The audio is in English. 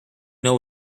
know